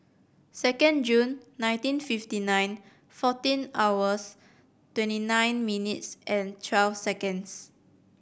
second June nineteen fifty nine fourteen hours twenty nine minutes twelve seconds